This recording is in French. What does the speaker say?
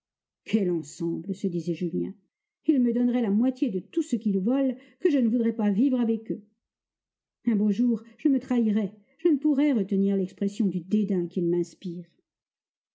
quel ensemble se disait julien ils me donneraient la moitié de tout ce qu'ils volent que je ne voudrais pas vivre avec eux un beau jour je me trahirais je ne pourrais retenir l'expression du dédain qu'ils m'inspirent